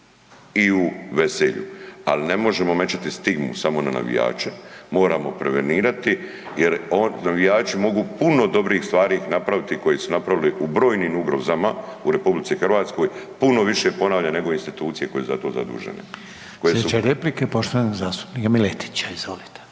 i u veselju ali ne možemo metati stigmu samo na navijače, moramo prevenirati jer navijači mogu puno dobrih stvari koje su napravili u brojnim ugrozama u RH, puno više ponavljam nego institucije koje su za to zadužene. **Reiner, Željko (HDZ)** Slijedeća replika je poštovanog zastupnika Miletića, izvolite.